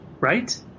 right